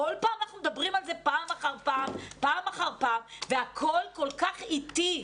כל פעם אנחנו מדברים על זה פעם אחר פעם והכול כל כך איטי.